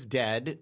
dead